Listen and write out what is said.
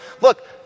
look